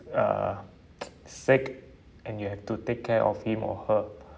uh sick and you have to take care of him or her